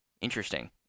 Interesting